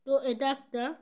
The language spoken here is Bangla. তো এটা একটা